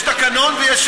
יש שעון.